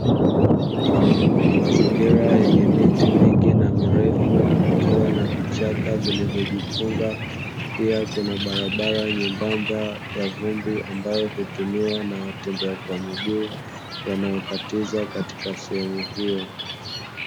Mazingira yenye miti mingi na mirefu kukiwa na vichaka vilivyojifunga pia kuna barabara nyembamba ya vumbi ambayo hutumiwa na watembea kwa miguu wanaokatiza katika sehemu hiyo.